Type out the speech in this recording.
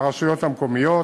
ברשויות המקומיות,